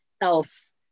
else